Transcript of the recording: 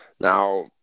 Now